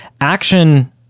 action